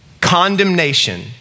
Condemnation